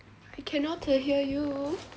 I cannot hear you